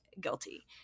guilty